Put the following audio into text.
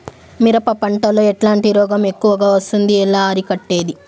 మిరప పంట లో ఎట్లాంటి రోగం ఎక్కువగా వస్తుంది? ఎలా అరికట్టేది?